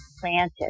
planted